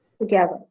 together